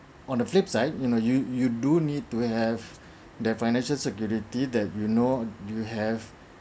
on the flip side you know you you do need to have that financial security that you know you have